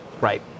Right